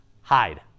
Hide